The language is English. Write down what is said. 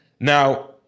Now